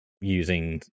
using